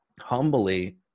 humbly